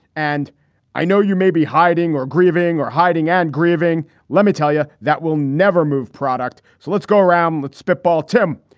and i know you're maybe hiding or grieving or hiding and grieving. let me tell you, that will never move product. so let's go around. let's spitball. tim,